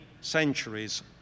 centuries